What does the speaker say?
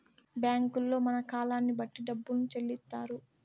బ్యాంకుల్లో మన కాలాన్ని బట్టి డబ్బును చెల్లిత్తారు